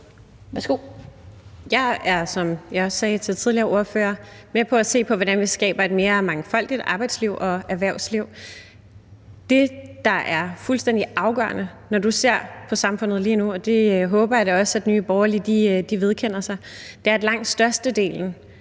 med på at se på, hvordan vi skaber et mere mangfoldigt arbejdsliv og erhvervsliv. Det, der er fuldstændig afgørende, når du ser på samfundet lige nu, og det håber jeg da også Nye Borgerlige vedkender sig, er, at langt størstedelen